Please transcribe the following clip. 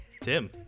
Tim